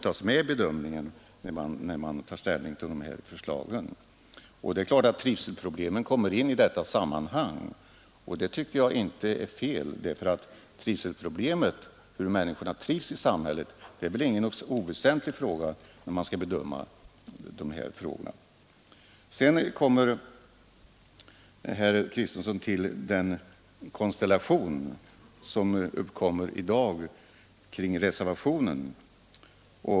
Trivselproblemen kommer givetvis in i detta sammanhang, och det kan inte vara fel. De problemen är inte oväsentliga när man skall bedöma dessa frågor. Sedan kom herr Kristenson in på den konstellation, som uppkommer i dag kring reservationen.